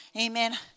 Amen